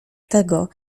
tego